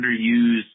underused